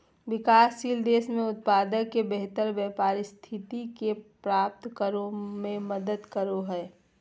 विकासशील देश में उत्पाद के बेहतर व्यापार स्थिति के प्राप्त करो में मदद करो हइ